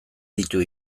ditu